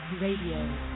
Radio